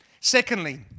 Secondly